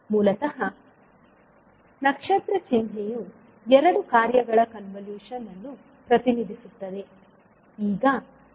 ಮೂಲತಃ ನಕ್ಷತ್ರ ಚಿಹ್ನೆಯು ಎರಡು ಕಾರ್ಯಗಳ ಕನ್ವಲೂಶನ್ ಅನ್ನು ಪ್ರತಿನಿಧಿಸುತ್ತದೆ